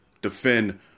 defend